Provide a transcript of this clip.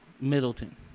Middleton